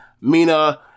Mina